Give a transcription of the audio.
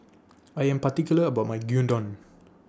I Am particular about My Gyudon